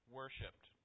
worshipped